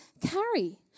carry